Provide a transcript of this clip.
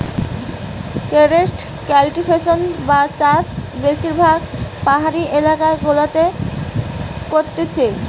terrace cultivation বা চাষ বেশিরভাগ পাহাড়ি এলাকা গুলাতে করতিছে